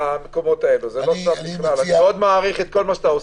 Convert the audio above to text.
אני מאוד מעריך את כל עבודתך.